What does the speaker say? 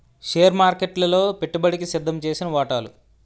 share మార్కెట్లలో పెట్టుబడికి సిద్దంచేసిన వాటాలు